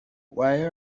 why